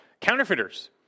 counterfeiters